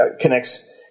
connects